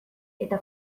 eta